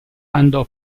andò